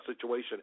situation